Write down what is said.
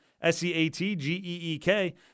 S-E-A-T-G-E-E-K